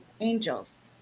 Angels